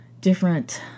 different